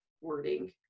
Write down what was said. wording